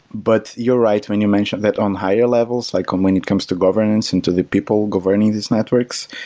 but you're right when you mentioned that on higher levels, like when when it comes to governance and to the people governing these networks,